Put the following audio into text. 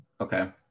Okay